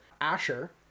Asher